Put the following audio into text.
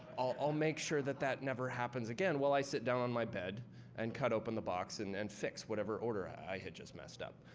i'll make sure that that never happens again. well, i sit down on my bed and cut open the box and and fix whatever order i had just messed up.